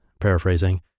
paraphrasing